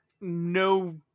no